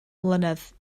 mlynedd